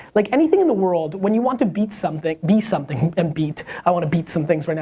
like anything in the world, when you want to beat something, be something, and beat. i wanna beat some things right